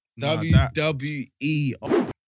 WWE